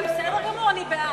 בסדר גמור, אני בעד.